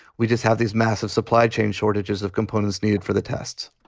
we just have these massive supply chain shortages of components needed for the tests